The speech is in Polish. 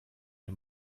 nie